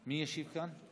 מי ישיב כאן?